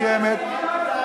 אל תדאג לנו.